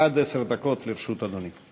עד עשר דקות לרשות אדוני.